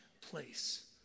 place